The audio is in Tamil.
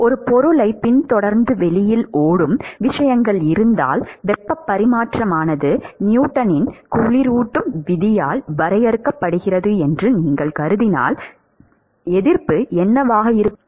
ஒரு பொருளைப் பின்தொடர்ந்து வெளியில் ஓடும் விஷயங்கள் இருந்தால் வெப்பப் பரிமாற்றமானது நியூட்டனின் குளிரூட்டும் விதியால் வரையறுக்கப்படுகிறது என்று நீங்கள் கருதினால் எதிர்ப்பு என்னவாக இருக்க வேண்டும்